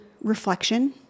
reflection